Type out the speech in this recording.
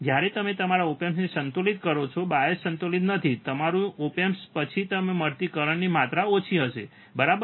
જ્યારે તમે તમારા ઓપ એમ્પને સંતુલિત કરો છો બાયસ સંતુલન નથી તમારું ઓપ એમ્પ પછી તમને મળતી કરંટની માત્રા ઓછી હશે બરાબર